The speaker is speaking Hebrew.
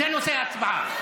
זה נושא ההצבעה.